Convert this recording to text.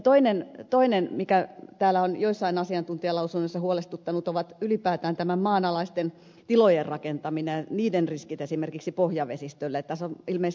toinen seikka mikä täällä on joissain asiantuntijalausunnoissa huolestuttanut on ylipäätään tämä maanalaisten tilojen rakentaminen niiden riskit esimerkiksi pohjavesistölle